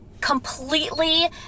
completely